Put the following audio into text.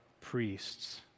priests